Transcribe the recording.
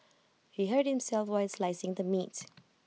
he hurt himself while slicing the meat